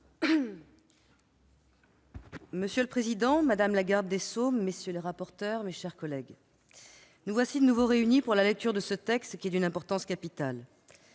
Madame la présidente, madame la garde des sceaux, messieurs les rapporteurs, mes chers collègues, nous sommes de nouveau réunis pour l'examen de ce texte d'une importance capitale.